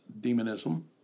demonism